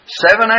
seven